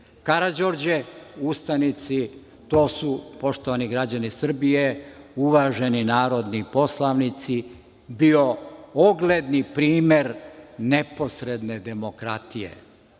Karađorđe, ustanici, to su, poštovani građani Srbije, uvaženi narodni poslanici, bio ogledni primer neposredne demokratije. Ponavljam,